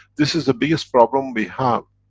this is the biggest problem we have.